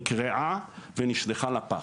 נקרעה ונשלחה לפח.